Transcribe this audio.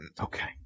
Okay